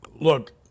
look